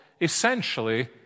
essentially